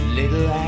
little